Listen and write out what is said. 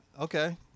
okay